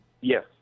Yes